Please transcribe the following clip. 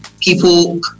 people